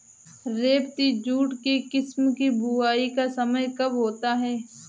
रेबती jute के किस्म की बुवाई का समय कब होता है?